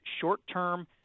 short-term